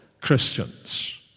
Christians